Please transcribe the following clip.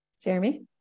Jeremy